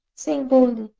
saying boldly,